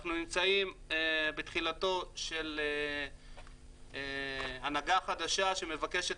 אנחנו נמצאים בתחילת תקופתה של הנהגה חדשה שמבקשת